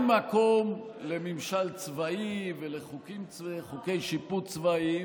מקום לממשל צבאי ולחוקי שיפוט צבאיים.